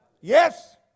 yes